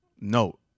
note